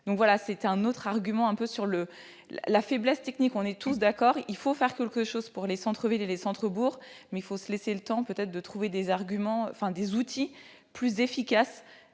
Voilà donc un autre argument, au chapitre de la faiblesse technique. Nous sommes tous d'accord : il faut faire quelque chose pour les centres-villes et les centres-bourgs. Mais il faut se laisser le temps, peut-être, de trouver des outils plus efficaces,